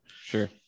Sure